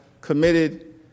committed